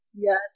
Yes